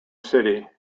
city